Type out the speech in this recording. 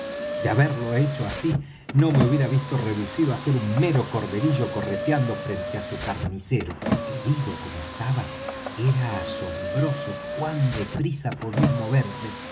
de haberlo hecho así no me hubiera visto reducido á ser un mero corderillo correteando frente á su carnicero herido como estaba era asombroso cuán de prisa podía moverse